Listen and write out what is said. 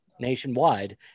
nationwide